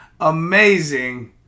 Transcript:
amazing